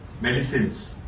medicines